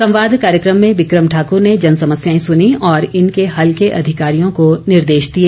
संवाद कार्यक्रम में बिक्रम ठाकुर ने जन समस्याएं सुनीं और इनके हल के अधिकारियों को निर्देश दिए